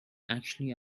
actually